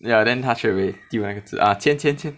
ya then 他 straight away 丢那个纸啊签签签